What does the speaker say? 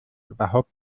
überhaupt